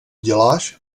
děláš